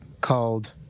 called